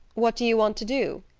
what do you want to do?